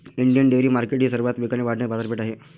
Indian dairy market ही सर्वात वेगाने वाढणारी बाजारपेठ आहे